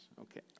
okay